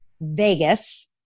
Vegas